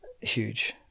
Huge